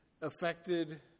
affected